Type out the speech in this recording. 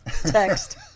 text